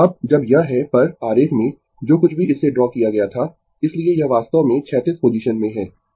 अब जब यह है पर आरेख में जो कुछ भी इससे ड्रा किया गया था इसलिए यह वास्तव में क्षैतिज पोजीशन में है ठीक है